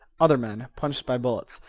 other men, punched by bullets,